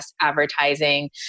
advertising